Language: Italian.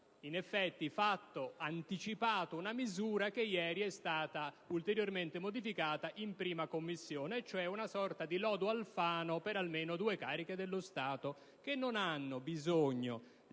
10 abbiamo anticipato una misura che ieri è stata ulteriormente modificata in 1a Commissione, cioè una sorta di lodo Alfano per almeno due cariche dello Stato che non hanno bisogno